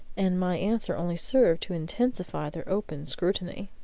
and my answer only served to intensify their open scrutiny.